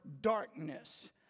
darkness